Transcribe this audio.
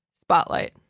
Spotlight